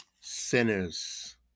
sinners